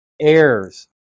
heirs